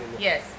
yes